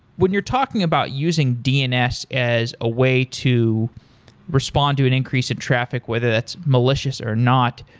when you're talking about using dns as a way to respond to an increase in traffic whether that's malicious or not,